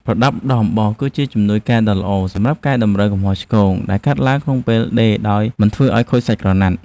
ប្រដាប់ដោះអំបោះគឺជាជំនួយការដ៏ល្អសម្រាប់កែតម្រូវកំហុសឆ្គងដែលកើតឡើងក្នុងពេលដេរដោយមិនធ្វើឱ្យខូចសាច់ក្រណាត់។